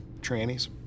trannies